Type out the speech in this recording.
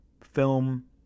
film